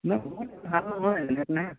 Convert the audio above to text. ভাল হয়